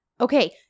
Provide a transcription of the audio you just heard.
Okay